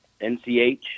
NCH